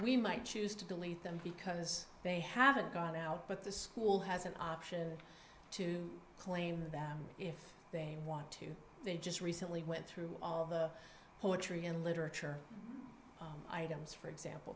we might choose to delete them because they haven't gone out with the school has an option to claim that if they want to they just recently went through poetry and literature items for example